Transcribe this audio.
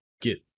get